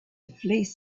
fleece